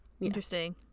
Interesting